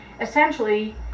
Essentially